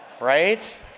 right